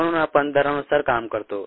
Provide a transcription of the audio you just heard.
म्हणून आपण दरानुसार काम करतो